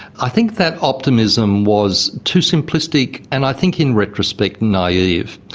i think that optimism was too simplistic and i think, in retrospect, naive,